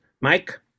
Mike